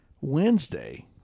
Wednesday